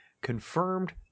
confirmed